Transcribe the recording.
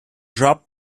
dropped